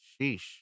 Sheesh